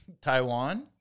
Taiwan